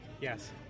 Yes